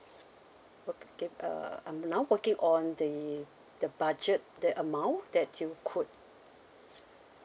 okay uh I'm now working on the the budget the amount that you could